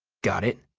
got it?